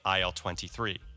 IL-23